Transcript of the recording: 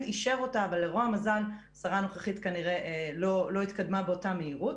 אישר אותה אבל לרוע המזל השרה הנוכחית לא התקדמה באותה מהירות,